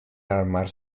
armar